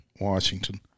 Washington